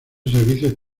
servicios